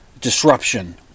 disruption